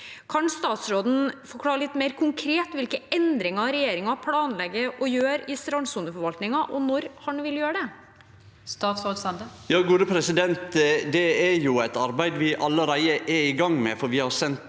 Kan statsråden forklare litt mer konkret hvilke endringer regjeringen planlegger å gjøre i strandsoneforvaltningen, og når han vil gjøre det? Statsråd Erling Sande Det er eit arbeid vi allereie er i gang med. Vi har sendt